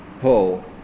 pull